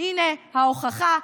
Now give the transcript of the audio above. הינה ההוכחה.